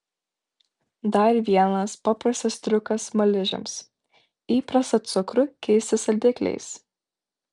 dar vienas paprastas triukas smaližiams įprastą cukrų keisti saldikliais